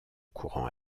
courant